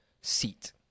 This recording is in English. seat